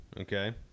Okay